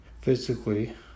physically